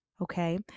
okay